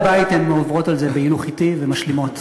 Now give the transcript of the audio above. בבית הן עוברות על זה בהילוך אטי ומשלימות.